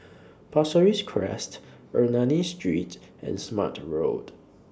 Pasir Ris Crest Ernani Street and Smart Road